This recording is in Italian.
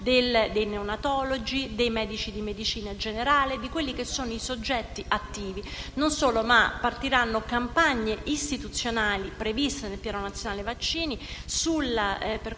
dei neonatologi, dei medici di medicina generale, ossia di quelli che sono i soggetti attivi. Inoltre, partiranno campagne istituzionali, previste dal Piano nazionale prevenzione